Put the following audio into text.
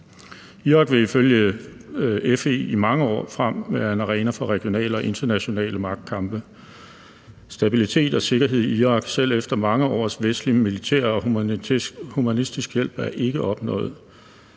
Irak vil ifølge FE i mange år frem være en arena for regionale og internationale magtkampe. Stabilitet og sikkerhed i Irak er selv efter mange års vestlig militær og humanitær hjælp ikke opnået.